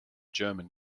german